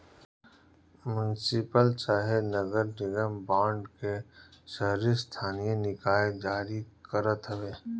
municipal चाहे नगर निगम बांड के शहरी स्थानीय निकाय जारी करत हवे